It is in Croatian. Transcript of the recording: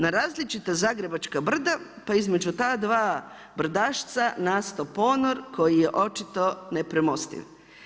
Na različita zagrebačka brda, pa između ta dva brdašca nastao je ponor koji je očito nepremostiv.